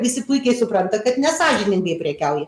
visi puikiai supranta kad nesąžiningai prekiauja